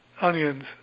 Onions